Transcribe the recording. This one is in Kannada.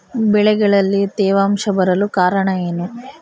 ಬೆಳೆಗಳಲ್ಲಿ ತೇವಾಂಶ ಬರಲು ಕಾರಣ ಏನು?